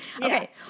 Okay